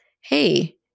hey